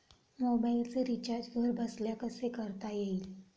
मोबाइलचे रिचार्ज घरबसल्या कसे करता येईल?